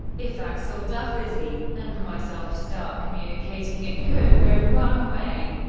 if axl, duff, izzy and myself start communicating, it could go one way.